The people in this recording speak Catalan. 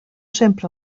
sempre